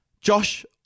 Josh